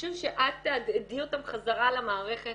חשוב שאת תהדהדי אותם חזרה למערכת,